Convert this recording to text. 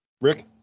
Rick